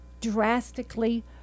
drastically